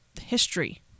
history